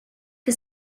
que